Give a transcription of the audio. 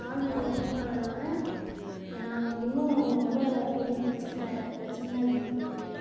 கால் வலி அதிகமாகுறதனால நாங்கள் இன்னும் ரொம்ப பெரிய பிரச்சனையாக பிரச்சனையாக இருக்குது எங்களுக்கு